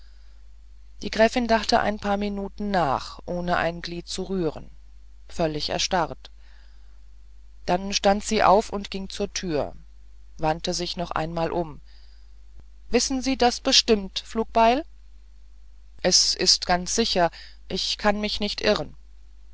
die gräfin dachte ein paar minuten nach ohne ein glied zu rühren völlig erstarrt dann stand sie auf und ging zur tür wandte sich noch einmal um wissen sie das bestimmt flugbeil es ist ganz sicher ich kann mich nicht irren